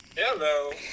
Hello